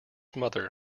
mother